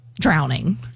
drowning